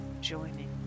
joining